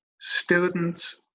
students